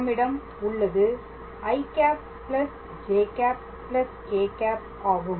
நம்மிடம் உள்ளது i ̂ ĵ k̂ ஆகும்